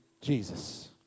Jesus